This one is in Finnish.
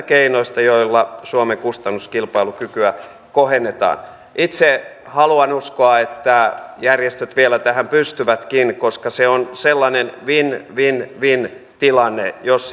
keinoista joilla suomen kustannuskilpailukykyä kohennetaan itse haluan uskoa että järjestöt vielä tähän pystyvätkin koska se on sellainen win win win tilanne jos